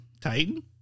Titan